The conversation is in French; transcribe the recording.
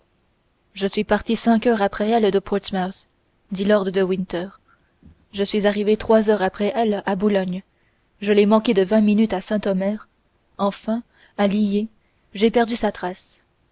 je suis parti cinq heures après elle de portsmouth dit lord de winter je suis arrivé trois heures après elle à boulogne je l'ai manquée de vingt minutes à saint omer enfin à lillers j'ai perdu sa trace